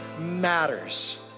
matters